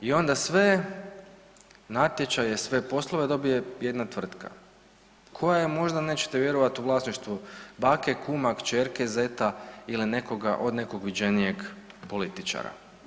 I onda sve natječaje, sve poslove dobije jedna tvrtka koja je možda nećete vjerovati u vlasništvu bake, kuma, kćerke, zeta ili nekoga od nekog viđenijeg političara.